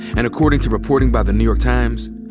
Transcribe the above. and according to reporting by the new york times,